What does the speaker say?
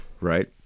right